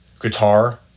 guitar